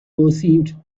perceived